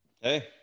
Hey